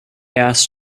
asked